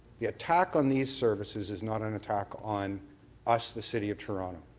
the attack on these services is not an attack on us the city of toronto.